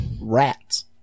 Rats